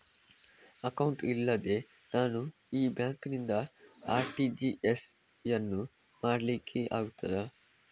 Account ಇಲ್ಲದೆ ನಾನು ಈ ಬ್ಯಾಂಕ್ ನಿಂದ ಆರ್.ಟಿ.ಜಿ.ಎಸ್ ಯನ್ನು ಮಾಡ್ಲಿಕೆ ಆಗುತ್ತದ?